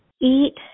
eat